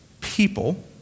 people